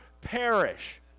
perish